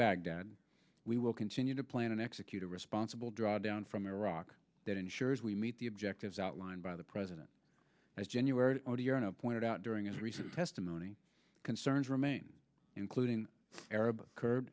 baghdad we will continue to plan and execute a responsible drawdown from iraq that ensures we meet the objectives outlined by the president by january odierno pointed out during his recent testimony concerns remain including arab kur